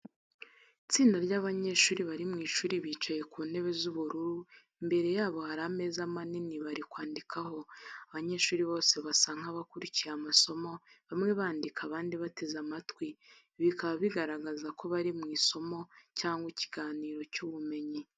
Itsinda ry'abanyeshuri bari mu ishuri bicaye ku ntebe z'ubururu imbere yabo hari ameza manini bari kwandikiraho, abanyeshuri bose basa nkabakurikiye amasomo bamwe bandika abandi bateze amatwi. Ibi bikaba bigaragaza ko bari mu isomo cyangwa ikiganiro cy'ubumenyi.